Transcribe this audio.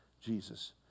Jesus